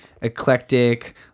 eclectic